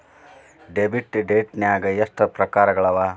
Debit ಡೈಟ್ನ್ಯಾಗ್ ಎಷ್ಟ್ ಪ್ರಕಾರಗಳವ?